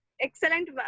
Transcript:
excellent